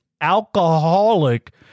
alcoholic-